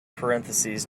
parentheses